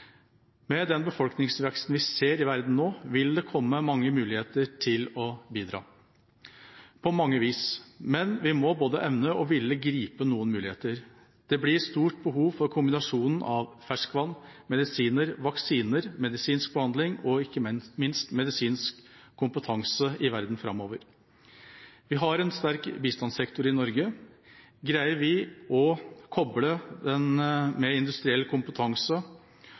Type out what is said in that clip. Med den befolkningsveksten vi ser i verden nå, vil det komme mange muligheter til å bidra på mange vis, men vi må både evne og ville gripe noen muligheter. Det blir stort behov for kombinasjonen av ferskvann, medisiner, vaksiner, medisinsk behandling og ikke minst medisinsk kompetanse i verden framover. Vi har en sterk bistandssektor i Norge. Greier vi å koble den med industriell kompetanse